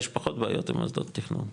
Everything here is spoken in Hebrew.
יש פחות בעיות עם מוסדות תיכנון.